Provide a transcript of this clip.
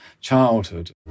childhood